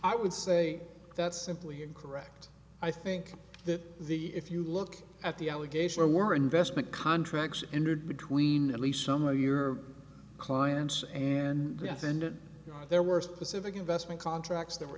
i would say that's simply incorrect i think that the if you look at the allegation or investment contracts entered between at least some of your clients and has ended there were specific investment contracts that were